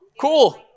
cool